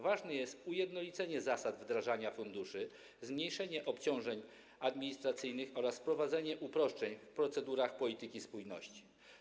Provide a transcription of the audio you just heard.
Ważne jest ujednolicenie zasad wdrażania funduszy, zmniejszenie obciążeń administracyjnych oraz wprowadzenie uproszczeń w procedurach polityki spójności.